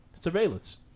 Surveillance